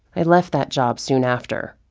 i left that job soon after.